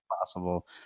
possible